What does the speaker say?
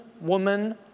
woman